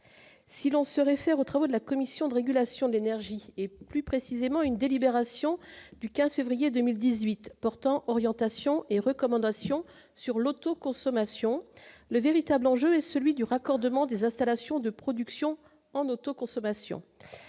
si l'on se réfère aux travaux de la Commission de régulation de l'énergie et plus précisément une délibération du 15 février 2018 portant orientations et recommandations sur l'autoconsommation, le véritable enjeu est celui du raccordement des installations de production en autoconsommation